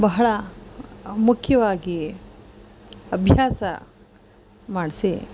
ಬಹಳ ಮುಖ್ಯವಾಗಿ ಅಭ್ಯಾಸ ಮಾಡಿಸಿ